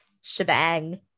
shebang